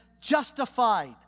justified